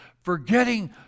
forgetting